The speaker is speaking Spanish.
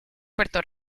puerto